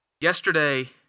Yesterday